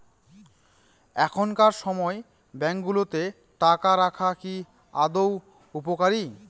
এখনকার সময় ব্যাঙ্কগুলোতে টাকা রাখা কি আদৌ উপকারী?